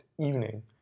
evening